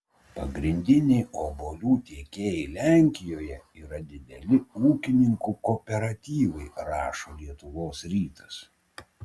pagrindiniai obuolių tiekėjai lenkijoje yra dideli ūkininkų kooperatyvai rašo lietuvos rytas